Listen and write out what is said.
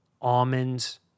almonds